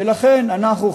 ולכן אנחנו,